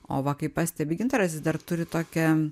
o va kai pastebi gintaras jis dar turi tokią